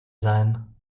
sein